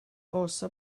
also